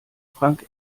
frank